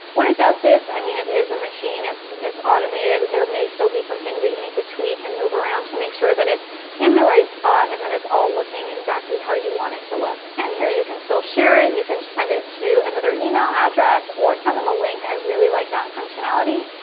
when it does this, i mean, it is a machine, it's it's automated. there may still be some things that you need to tweak and move around to make sure that it's in the right spot and that it's all looking exactly how you want it to look. and here you can still share it. you can send it to another email address or send them a link. i really like that functionality.